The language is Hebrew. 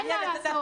אין מה לעשות.